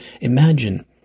imagine